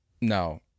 No